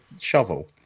shovel